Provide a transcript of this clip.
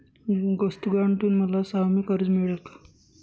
वस्तू गहाण ठेवून मला सहामाही कर्ज मिळेल का?